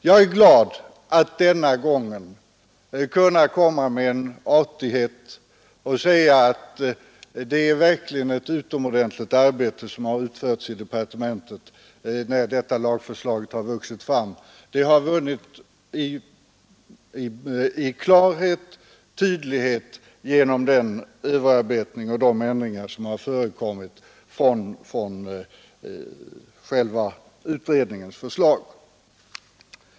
Jag är glad över att denna gång kunna komma med en artighet och säga att det verkligen är ett utomordentligt arbete som har utförts i departementet, när detta lagförslag har vuxit fram. Det har vunnit i klarhet och tydlighet genom den överarbetning och de ändringar som har gjorts i förhållande till själva utredningens förslag.